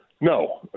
No